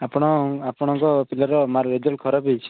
ଆପଣ ଆପଣଙ୍କ ପିଲାର ରେଜଲ୍ଟ୍ ଖରାପ ହେଇଛି